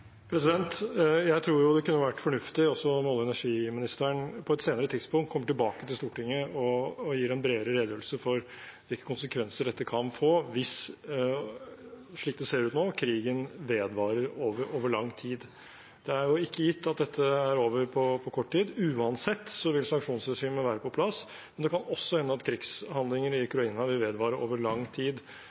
Jeg tror det kunne være fornuftig om olje- og energiministeren på et senere tidspunkt kommer tilbake til Stortinget og gir en bredere redegjørelse for hvilke konsekvenser dette kan få, hvis – slik det ser ut nå – krigen vedvarer over lang tid. Det er ikke gitt at dette over på kort tid. Uansett vil sanksjonsregimet være på plass, men det kan også hende at krigshandlingene i Ukraina vil vedvare over lang tid,